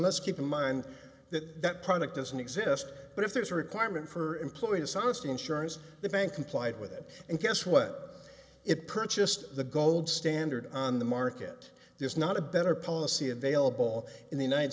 let's keep in mind that that product doesn't exist but if there is a requirement for employee dishonesty insurance the bank complied with it and guess what it purchased the gold standard on the market there's not a better policy available in the united